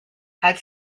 had